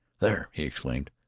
there! he exclaimed.